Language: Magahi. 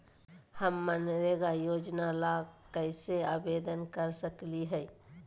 हम मनरेगा योजना ला कैसे आवेदन कर सकली हई?